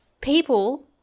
people